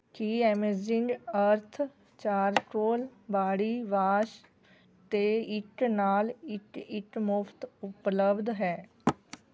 ਕੀ amazing earth charcoal body wash 'ਤੇ ਇੱਕ ਨਾਲ ਇੱਕ ਇੱਕ ਮੁਫ਼ਤ ਉਪਲਬਧ ਹੈ